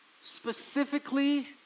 specifically